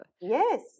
yes